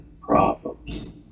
problems